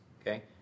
Okay